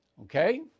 Okay